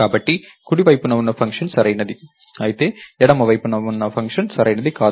కాబట్టి కుడి వైపున ఉన్న ఫంక్షన్ సరైనది అయితే ఎడమ వైపున ఉన్న ఫంక్షన్ సరైనది కాదు